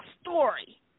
story